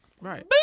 right